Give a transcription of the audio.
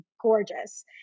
gorgeous